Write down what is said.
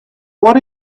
what